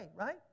right